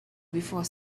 before